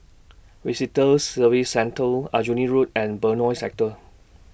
Visitor Services Centre Aljunied Road and Benoi Sector